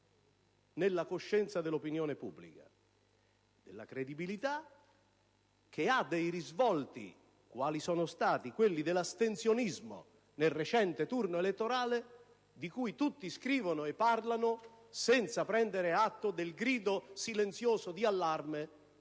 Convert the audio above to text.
nella coscienza dell'opinione pubblica; credibilità che ha dei risvolti quali sono stati quelli dell'astensionismo nel recente turno elettorale, di cui tutti scrivono e parlano senza prendere atto del grido silenzioso di allarme